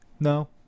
No